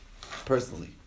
personally